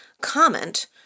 comment